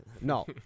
No